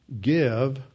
give